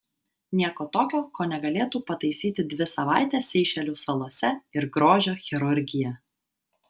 nieko tokio ko negalėtų pataisyti dvi savaitės seišelių salose ir grožio chirurgija